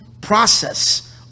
process